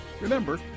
Remember